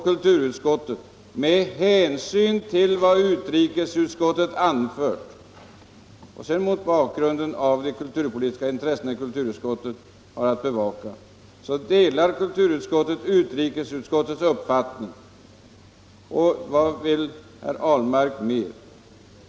Kulturutskottet skriver: ”Med hänsyn till vad utrikesutskottet anfört och mot bakgrund av de kulturpolitiska intressen kulturutskottet har att bevaka delar kulturutskottet utrikesutskottets uppfattning —---.” Vad vill herr Ahlmark mer?